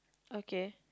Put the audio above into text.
okay